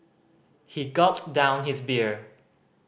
he gulped down his beer